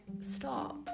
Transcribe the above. stop